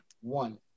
one